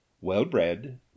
well-bred